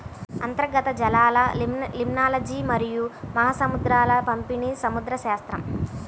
అంతర్గత జలాలలిమ్నాలజీమరియు మహాసముద్రాల పంపిణీసముద్రశాస్త్రం